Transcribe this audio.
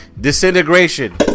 Disintegration